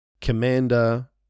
Commander